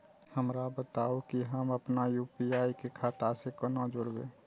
हमरा बताबु की हम आपन यू.पी.आई के खाता से कोना जोरबै?